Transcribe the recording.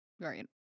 Right